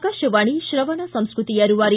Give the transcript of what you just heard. ಆಕಾಶವಾಣಿ ಶ್ರವಣ ಸಂಸ್ಕೃತಿಯ ರೂವಾರಿ